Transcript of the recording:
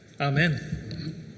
Amen